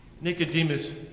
Nicodemus